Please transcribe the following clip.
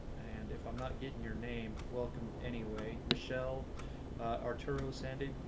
and if i'm not getting your name welcome anyway michelle arturo sandy